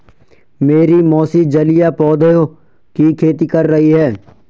मेरी मौसी जलीय पौधों की खेती कर रही हैं